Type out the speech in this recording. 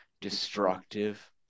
destructive